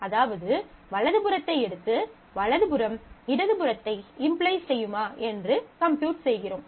அதாவது வலது புறத்தை எடுத்து வலது புறம் இடது புறத்தை இம்ப்ளை செய்யுமா என்று கம்ப்யூட் செய்கிறோம்